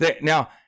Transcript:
Now